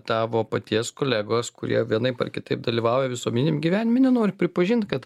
tavo paties kolegos kurie vienaip ar kitaip dalyvauja visuomeniniam gyvenime nenori pripažint kad